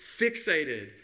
fixated